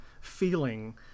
feeling